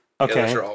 Okay